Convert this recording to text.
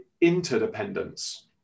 interdependence